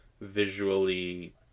visually